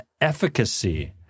efficacy